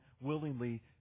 willingly